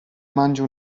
mangia